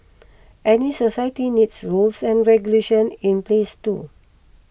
any society needs rules and regulations in place too